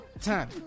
Time